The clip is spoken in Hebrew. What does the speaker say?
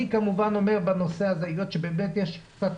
אני כמובן אומר, בנושא הזה היות שבאמת יש קצת